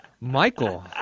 Michael